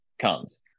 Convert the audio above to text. comes